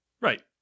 Right